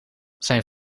zijn